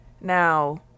Now